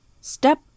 Step